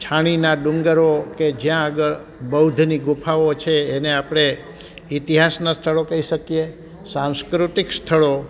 છાણીના ડુંગરો કે જ્યાં આગળ બૌદ્ધની ગુફાઓ છે એને આપણે ઈતિહાસના સ્થળો કહી શકીએ સાંસ્કૃતિક સ્થળો